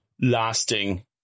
lasting